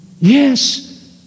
Yes